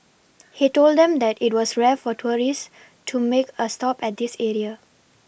he told them that it was rare for tourists to make a stop at this area